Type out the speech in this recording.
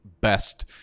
best